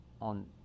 on